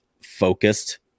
focused